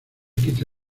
quite